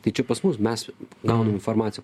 tai čia pas mus mes gaunam informaciją